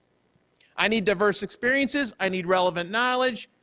i need diverse experiences, i need relevant knowledge,